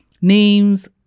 names